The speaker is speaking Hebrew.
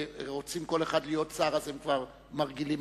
מ/423,